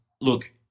look